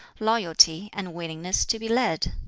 loyalty, and willingness to be led,